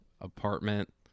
apartment